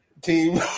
team